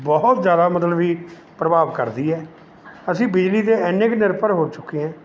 ਬਹੁਤ ਜ਼ਿਆਦਾ ਮਤਲਬ ਵੀ ਪ੍ਰਭਾਵ ਕਰਦੀ ਹੈ ਅਸੀਂ ਬਿਜਲੀ 'ਤੇ ਇੰਨੇ ਕੁ ਨਿਰਭਰ ਹੋ ਚੁੱਕੇ ਹੈ